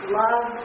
love